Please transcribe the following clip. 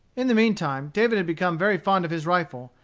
in the mean time david had become very fond of his rifle,